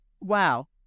Wow